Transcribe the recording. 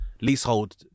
leasehold